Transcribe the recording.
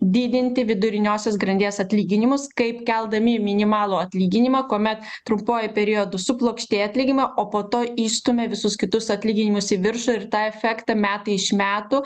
didinti viduriniosios grandies atlyginimus kaip keldami minimalų atlyginimą kuomet trumpuoju periodu suplokštėja atlyginimai o po to išstumia visus kitus atlyginimus į viršų ir tą efektą metai iš metų